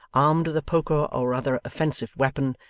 armed with a poker or other offensive weapon,